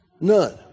None